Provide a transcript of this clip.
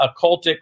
occultic